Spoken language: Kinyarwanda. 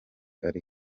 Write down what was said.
ari